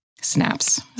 Snaps